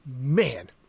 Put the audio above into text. man